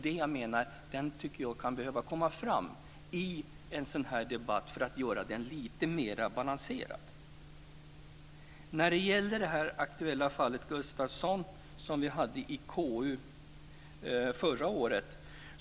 Den kan behöva komma fram i en sådan här debatt för att göra den lite mer balanserad. Sedan var det fallet Gustafsson i KU förra året.